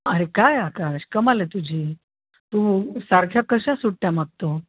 अरे काय आकाश कमाल आहे तुझी तू सारख्या कशा सुट्ट्या मागतो